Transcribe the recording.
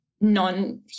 non